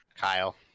Kyle